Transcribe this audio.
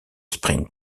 sprint